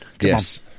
Yes